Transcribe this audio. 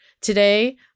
today